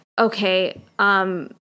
okay